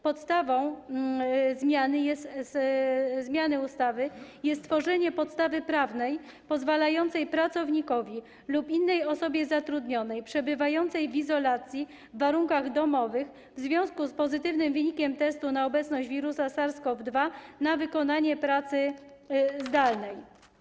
Podstawą zmiany ustawy jest stworzenie podstawy prawnej pozwalającej pracownikowi lub innej osobie zatrudnionej przebywającej w izolacji w warunkach domowych w związku z pozytywnym wynikiem testu na obecność wirusa SARS-CoV-2 na wykonywanie pracy zdalnej.